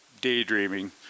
daydreaming